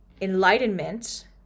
enlightenment